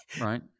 Right